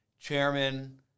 chairman